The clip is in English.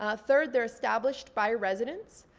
ah third, they're established by residents.